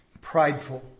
prideful